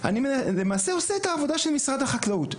אני למעשה עושה את העבודה של משרד החקלאות.